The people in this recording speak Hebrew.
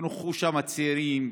כי נכחו שם צעירים,